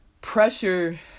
pressure